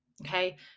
okay